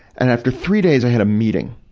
and after three days, i had a meeting,